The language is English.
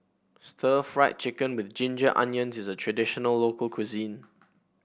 Stir Fried Chicken with Ginger Onions is a traditional local cuisine